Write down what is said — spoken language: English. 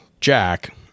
Jack